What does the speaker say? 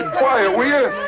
quiet, will ya?